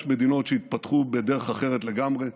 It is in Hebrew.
יש מדינות שהתפתחו בדרך אחרת לגמרי.